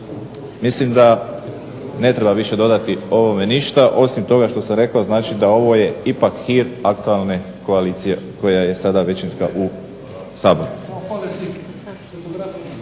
Mislim da ne treba više dodati ovome ništa, osim toga što sam rekao znači da ovo je ipak hir aktualne koalicije koja sada većinska u Saboru.